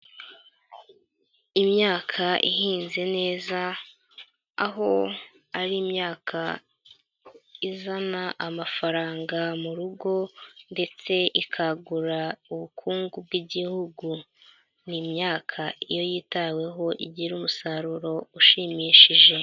Imyaka ihinze neza aho ari imyaka izana amafaranga mu rugo ndetse ikagura ubukungu bw'igihugu, ni imyaka iyo yitaweho igira umusaruro ushimishije.